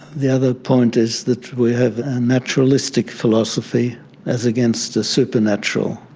the other point is that we have a naturalistic philosophy as against the supernatural.